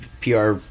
PR